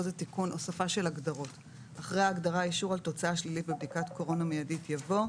אחרי ההגדרה "אישור על תוצאה שלילית בבדיקת קורונה מיידית" יבוא: